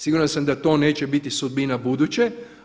Siguran sam da to neće biti sudbina buduće.